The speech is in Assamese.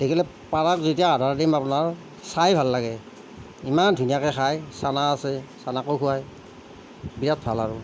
দেখিলে পাৰক যেতিয়া আহাৰ দিম আপোনাৰ চাই ভাল লাগে ইমান ধুনীয়াকৈ খায় চানা আছে চানাকো খুৱায় বিৰাট ভাল আৰু